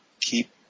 Keep